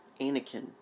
Anakin